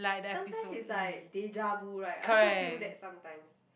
sometimes it's like deja vu right I also feel that sometimes